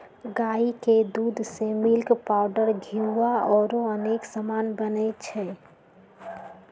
गाई के दूध से मिल्क पाउडर घीउ औरो अनेक समान बनै छइ